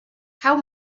how